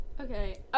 okay